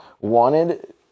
wanted